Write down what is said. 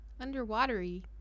underwatery